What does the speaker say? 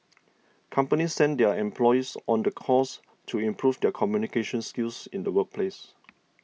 companies send their employees on the course to improve their communication skills in the workplace